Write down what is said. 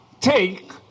take